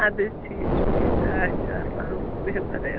اَدٕ حظ ٹھیٖک چھُ ٹھیٖک چھُ اچھا اسلام علیکُم بِہِو خدایَس